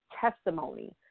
testimony